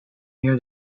near